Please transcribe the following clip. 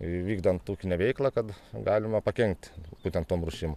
vykdant ūkinę veiklą kad galima pakenkti būtent tom rūšim